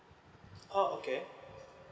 oh okay